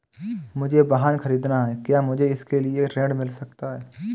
मुझे वाहन ख़रीदना है क्या मुझे इसके लिए ऋण मिल सकता है?